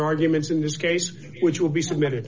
arguments in this case which will be submitted